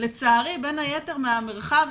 לצערי בין היתר מהמרחב,